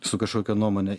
su kažkokia nuomone